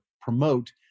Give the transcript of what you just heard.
promote